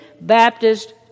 Baptist